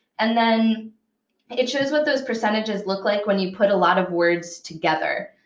and then it shows what those percentages look like when you put a lot of words together.